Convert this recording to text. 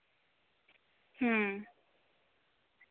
ᱦᱩᱸ